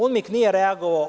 UNMIK nije reagovao.